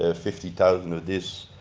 ah fifty thousand of this,